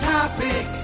Topic